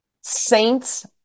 Saints